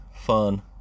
fun